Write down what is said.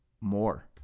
more